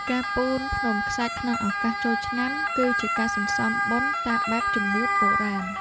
ការពូនភ្នំខ្សាច់ក្នុងឱកាសចូលឆ្នាំ គឺជាការសន្សំបុណ្យតាមបែបជំនឿបុរាណ។